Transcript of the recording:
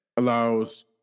allows